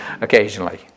occasionally